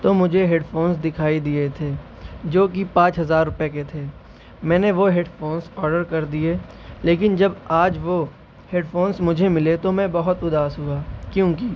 تو مجھے headphones دکھائی دیے تھے جو کہ پانچ ہزار روپے کے تھے میں نے وہ ہیڈ فونس آڈر کر دیے لیکن جب آج وہ ہیڈ فونس مجھے ملے تو میں بہت اداس ہوا کیوں کہ